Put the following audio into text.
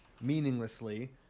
meaninglessly